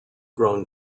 grown